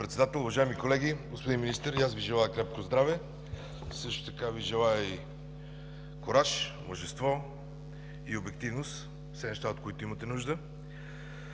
Председател. Уважаеми колеги! Господин Министър, и аз Ви желая крепко здраве. Също така Ви желая и кураж, мъжество и обективност – все неща, от които имате нужда.